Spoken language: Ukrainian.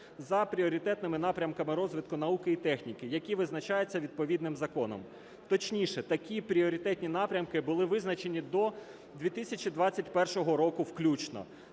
за пріоритетними напрямками розвитку науки і техніки, які визначаються відповідним законом. Точніше, такі пріоритетні напрямки були визначені до 2021 року включно.